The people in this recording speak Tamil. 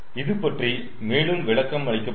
இதுபற்றி மேலும் விளக்கம் அளிக்கப்படும்